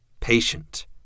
Patient